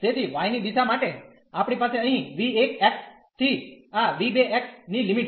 તેથી y ની દિશા માટે આપણી પાસે અહીં v1 ની આ v2 ની લિમિટ છે